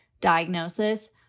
diagnosis